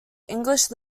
english